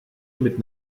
mit